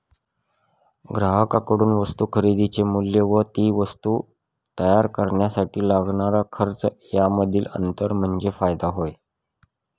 ग्राहकांकडून वस्तू खरेदीचे मूल्य व ती वस्तू तयार करण्यासाठी लागणारा खर्च यामधील अंतर म्हणजे फायदा होय